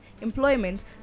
employment